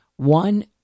one